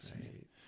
Right